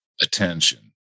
attention